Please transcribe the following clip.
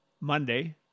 Monday